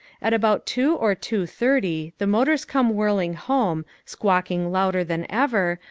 at about two or two thirty the motors come whirling home, squawking louder than ever,